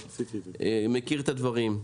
אני מכיר את הדברים,